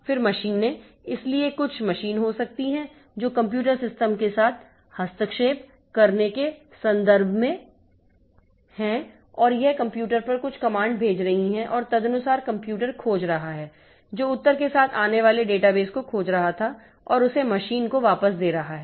फिर मशीनें इसलिए कुछ मशीन हो सकती हैं जो कंप्यूटर सिस्टम के साथ हस्तक्षेप करने के संदर्भ में है और यह कंप्यूटर पर कुछ कमांड भेज रही है और तदनुसार कंप्यूटर खोज रहा है जो उत्तर के साथ आने वाले डेटाबेस को खोज रहा था और उसे मशीन को वापस दे रहा है